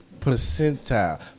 percentile